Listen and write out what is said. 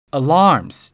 alarms